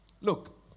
Look